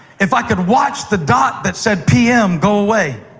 if i could watch the dot that said p m. go away,